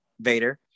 Vader